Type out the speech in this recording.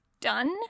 done